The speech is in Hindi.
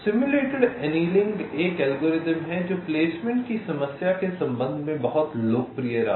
सिमुलेटेड एनीलिंग एक एल्गोरिथ्म है जो प्लेसमेंट की समस्या के संबंध में बहुत लोकप्रिय रहा है